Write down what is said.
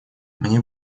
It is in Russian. мне